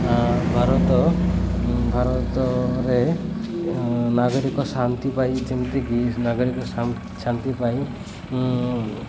ଭାରତ ଭାରତରେ ନାଗରିକ ଶାନ୍ତି ପାଇଁ ଯେମିତିକି ନାଗରିକ ଶାନ୍ତି ପାଇଁ